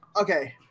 okay